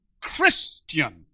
Christian